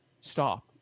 stop